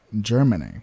Germany